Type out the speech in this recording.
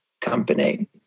company